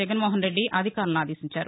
జగన్నోహన్ రెడ్డి అధికారులను ఆదేశించారు